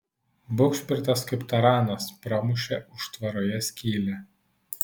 bugšpritas kaip taranas pramušė užtvaroje skylę